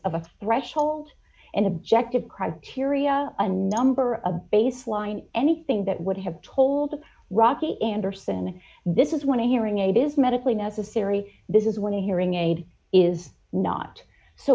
a threshold and objective criteria a number of baseline anything that would have told rocky anderson this is when a hearing aid is medically necessary this is when a hearing aid is not so